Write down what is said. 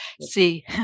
See